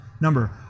number